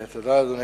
תודה, אדוני.